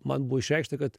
man buvo išreikšta kad